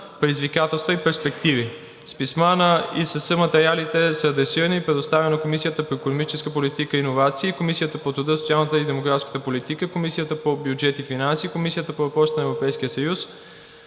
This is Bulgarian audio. предизвикателства и перспективи“. С писма на ИСС материалите са адресирани и предоставени на Комисията по икономическа политика и иновации, Комисията по труда, социалната и демографската политика, Комисията по бюджет и финанси, Комисията по въпросите на Европейския съюз,